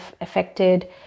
affected